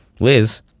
Liz